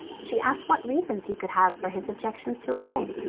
she asked what reasons he could have for his objections to obey.